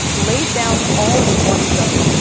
laid down all in one go.